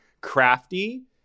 crafty